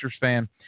fan